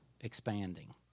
expanding